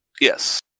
Yes